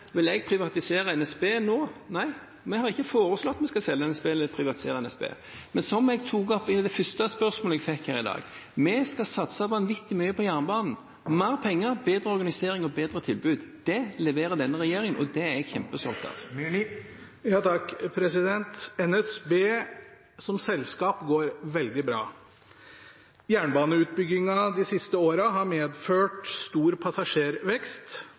Vil jeg privatisere NSB nå? Nei, vi har ikke foreslått at vi skal selge NSB eller privatisere NSB. Men, som jeg svarte på det første spørsmålet jeg fikk her i dag, vi skal satse vanvittig mye på jernbanen – mer penger, bedre organisering og bedre tilbud. Det leverer denne regjeringen, og det er jeg kjempestolt av. NSB som selskap går veldig bra. Jernbaneutbyggingen de siste årene har medført stor passasjervekst,